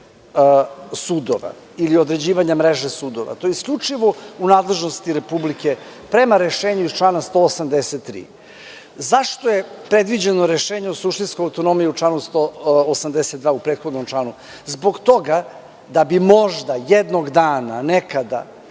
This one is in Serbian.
sudova ili određivanja mreže sudova. To je isključivo u nadležnosti Republike Srbije prema rešenju iz člana 183.Zašto je predviđeno rešenje o suštinskoj autonomiji u članu 182? Zbog toga da bi možda jednog dana nekada,